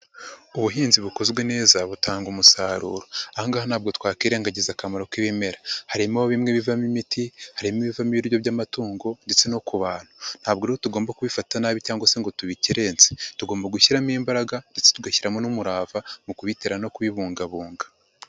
Ubuhinzi bukozwe neza butanga umusaruro, aha ngaha ntabwo twakirengagiza akamaro k'ibimera, harimo bimwe bivamo imiti, harimo ibivamo ibiryo by'amatungo ndetse no ku bantu ntabwo rero tugomba kubifata nabi cyangwa se ngo tubikerense, tugomba gushyiramo imbaraga ndetse tugashyiramo n'umurava mu kubitera no kubibungabunga.